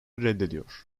reddediyor